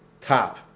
top